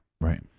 Right